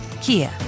Kia